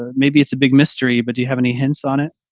ah maybe it's a big mystery, but do you have any hints on it?